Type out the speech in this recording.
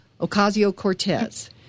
Ocasio-Cortez